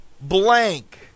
blank